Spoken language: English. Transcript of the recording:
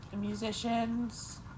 musicians